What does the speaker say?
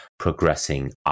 progressing